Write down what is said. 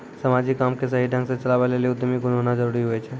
समाजिक काम के सही ढंग से चलावै लेली उद्यमी गुण होना जरूरी हुवै छै